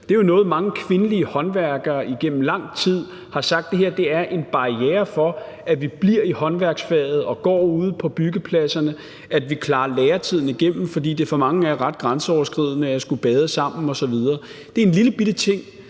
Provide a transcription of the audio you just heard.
badefaciliteter. Mange kvindelige håndværkere har igennem lang tid sagt, at de fælles faciliteter er en barriere for, at de bliver i håndværksfaget og går ude på byggepladser, at de klarer lærertiden igennem, fordi det for mange er ret grænseoverskridende at skulle bade sammen osv. Det er en lillebitte ting,